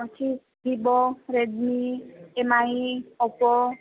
ଅଛି Vivo Redmi Mi Oppo